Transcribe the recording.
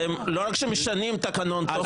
אתם לא רק שמשנים תקנון תוך כדי,